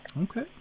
Okay